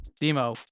demo